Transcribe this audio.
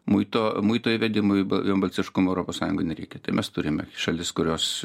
muito muito įvedimui vienbalsiškumo europos sąjungoj nereikia mes turime šalis kurios